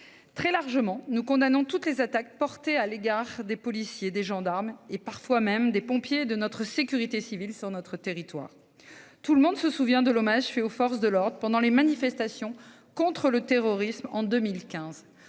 Très largement, nous condamnons toutes les attaques portées à l'encontre des policiers, des gendarmes et parfois même des pompiers et de notre sécurité civile sur notre territoire. Tout le monde se souvient de l'hommage rendu aux forces de l'ordre pendant les manifestations contre le terrorisme en 2015.